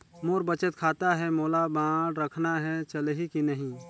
मोर बचत खाता है मोला बांड रखना है चलही की नहीं?